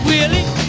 Willie